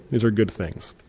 these are good things.